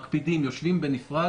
כי מקפידים,